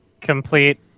complete